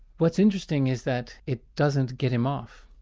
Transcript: what's interesting is that it doesn't get him off.